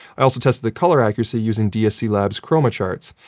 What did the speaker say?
i also tested the colour accuracy using dsc labs' chroma charts.